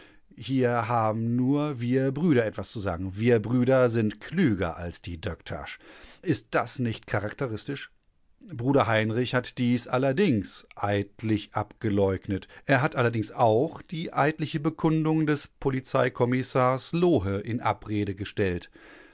hier haben nur wir brüder etwas zu sagen wir brüder sind klüger als die döktersch ist das nicht charakteristisch bruder heinrich hat dies allerdings eidlich abgeleugnet er hat allerdings auch die eidliche bekundung des polizeikommissars lohe in abrede gestellt